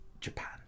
Japan